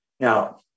Now